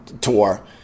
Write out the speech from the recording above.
tour